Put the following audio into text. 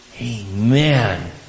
Amen